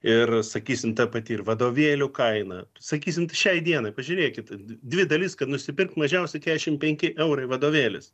ir sakysim ta pati ir vadovėlių kaina sakysim šiai dienai pažiūrėkit dvi dalis kad nusipirkt mažiausiai keturiasdešimt penki eurai vadovėlis